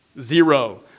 Zero